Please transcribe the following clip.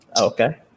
Okay